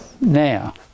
Now